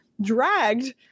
dragged